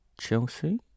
Chelsea